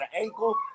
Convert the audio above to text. ankle